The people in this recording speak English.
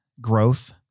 growth